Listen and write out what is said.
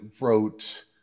wrote